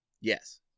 Yes